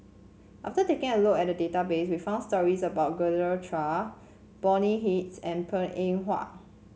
after taking a look at the database we found stories about Genevieve Chua Bonny Hicks and Png Eng Huat